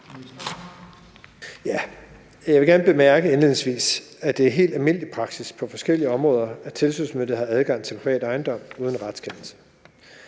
Jeg vil gerne bemærke indledningsvis, at det er helt almindelig praksis på forskellige områder, at tilsynsmyndigheder har adgang til privat ejendom uden retskendelse.